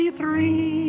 three